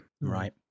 Right